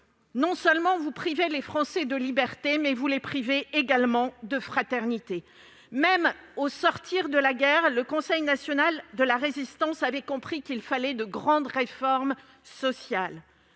des choses ? Vous privez les Français non seulement de liberté, mais également de fraternité. Même au sortir de la guerre, le Conseil national de la Résistance avait compris qu'il fallait de grandes réformes sociales.